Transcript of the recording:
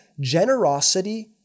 generosity